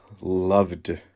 loved